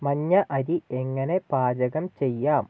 മഞ്ഞ അരി എങ്ങനെ പാചകം ചെയ്യാം